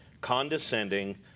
condescending